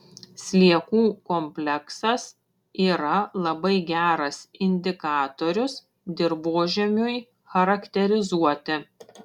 sliekų kompleksas yra labai geras indikatorius dirvožemiui charakterizuoti